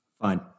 Fine